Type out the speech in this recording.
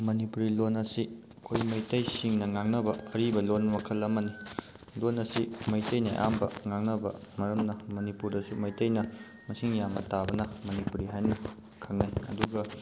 ꯃꯅꯤꯄꯨꯔꯤ ꯂꯣꯟ ꯑꯁꯤ ꯑꯩꯈꯣꯏ ꯃꯩꯇꯩꯁꯤꯡꯅ ꯉꯥꯡꯅꯕ ꯑꯔꯤꯕ ꯂꯣꯟ ꯃꯈꯜ ꯑꯃꯅꯤ ꯂꯣꯟ ꯑꯁꯤ ꯃꯩꯇꯩꯩꯅ ꯑꯌꯥꯝꯕ ꯉꯥꯡꯅꯕ ꯃꯔꯝꯅ ꯃꯅꯤꯄꯨꯔꯗꯁꯨ ꯃꯩꯇꯩꯅ ꯃꯁꯤꯡ ꯌꯥꯝꯅ ꯇꯥꯕꯅ ꯃꯅꯤꯄꯨꯔꯤ ꯍꯥꯏꯅ ꯈꯪꯅꯩ ꯑꯗꯨꯒ